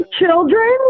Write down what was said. children